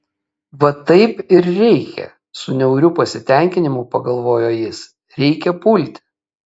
va taip ir reikia su niauriu pasitenkinimu pagalvojo jis reikia pulti